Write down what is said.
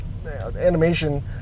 animation